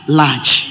large